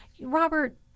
Robert